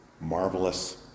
marvelous